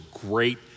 great